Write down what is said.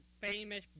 famous